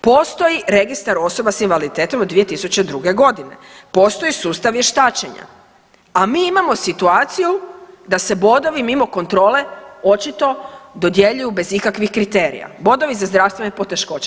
Postoji registar osoba s invaliditetom od 2002. godine, postoji sustav vještačenja, a mi imamo situaciju da se bodovi mimo kontrole očito dodjeljuju bez ikakvih kriterija, bodovi za zdravstvene poteškoće.